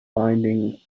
binding